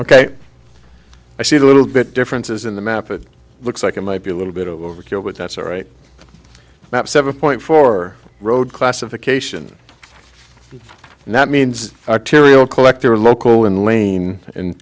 ok i see the little bit differences in the map it looks like it might be a little bit overkill but that's all right about seven point four road classification and that means arterial collector local in lane and